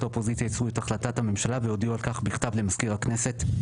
האופוזיציה יאשרו את החלטת הממשלה והודיעו על כך בכתב למזכיר הכנסת'.